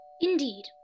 Indeed